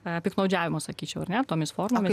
piktnaudžiavimo sakyčiau ar ne tomis formomis